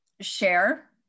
share